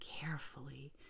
carefully